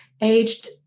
aged